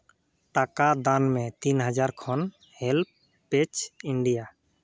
ᱴᱟᱠᱟ ᱫᱟᱱ ᱢᱮ ᱛᱤᱱ ᱦᱟᱡᱟᱨ ᱠᱷᱚᱱ ᱦᱮᱞᱯ ᱯᱮᱹᱡᱽ ᱤᱱᱰᱤᱭᱟ